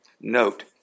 note